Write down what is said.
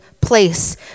place